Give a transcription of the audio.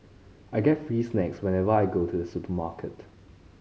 I get free snacks whenever I go to the supermarket